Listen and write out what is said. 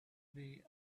the